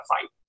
fight